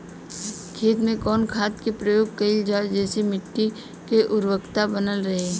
खेत में कवने खाद्य के प्रयोग कइल जाव जेसे मिट्टी के उर्वरता बनल रहे?